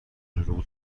دروغ